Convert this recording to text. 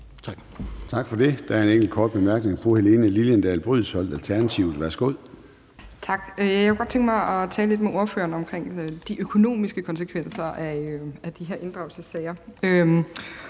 Tak for det. Der er en enkelt kort bemærkning. Fru Helene Liliendahl Brydensholt, Alternativet, værsgo. Kl. 21:15 Helene Liliendahl Brydensholt (ALT): Tak. Jeg kunne godt tænke mig at tale lidt med ordføreren om de økonomiske konsekvenser af de her inddragelsessager